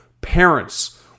Parents